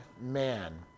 man